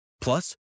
Plus